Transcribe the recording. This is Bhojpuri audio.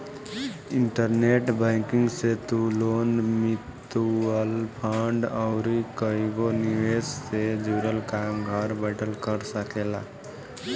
इंटरनेट बैंकिंग से तू लोन, मितुअल फंड अउरी कईगो निवेश से जुड़ल काम घर बैठल कर सकेला